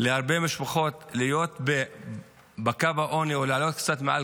להרבה משפחות להיות בקו העוני או לעלות קצת מעל